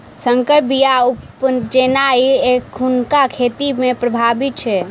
सँकर बीया उपजेनाइ एखुनका खेती मे प्रभावी छै